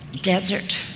desert